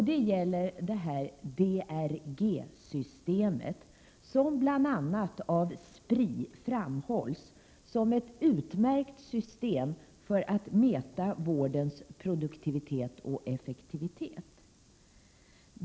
Det gäller DRG-systemet, som bl.a. av Spri framhålls som ett utmärkt system för att mäta vårdens produktivitet och effektivitet.